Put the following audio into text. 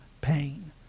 pain